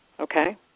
Okay